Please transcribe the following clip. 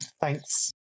Thanks